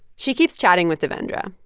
she keeps chatting with devendra,